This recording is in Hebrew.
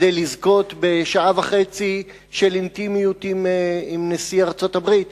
כדי לזכות בשעה וחצי של אינטימיות עם נשיא ארצות-הברית.